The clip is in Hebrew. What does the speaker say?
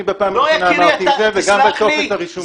בפעם הראשונה אמרתי את זה וגם בטופס הרישום שלי.